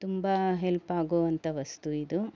ತುಂಬ ಹೆಲ್ಪಾಗುವಂಥ ವಸ್ತು ಇದು